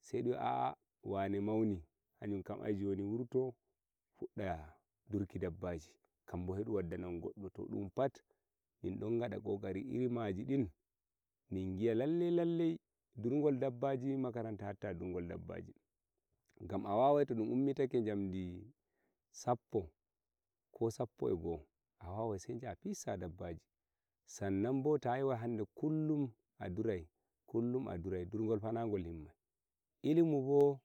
sai dum wi'a aa wane mauni hanunkam ai joni wurto fudda durki dabbaji kam bo sai dum wadda naom goddum dum pat in don gada kokari gada kokari gam iri majidin mi giya lalle lalle durgol dabbaji makaranta hatta durgol dabbaji gam awawai to dum ummitake jamdi sappo ko sappo eh go awawai sai jaha pissa dabbaji san nan bo ta yiwu hande kullum a durai durgol fa na gol timmai ilimi bo